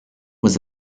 was